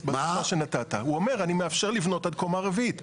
אני מאפשר לבנות עד קומה רביעית,